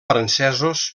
francesos